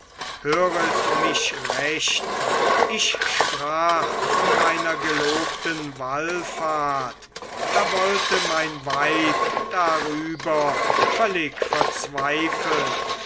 höret mich recht ich sprach von meiner gelobten wallfahrt da wollte mein weib darüber völlig verzweifeln